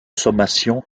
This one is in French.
sommation